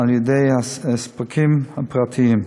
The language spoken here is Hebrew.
השירות הניתן על-ידי הספקים הפרטיים.